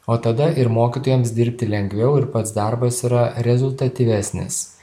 o tada ir mokytojams dirbti lengviau ir pats darbas yra rezultatyvesnis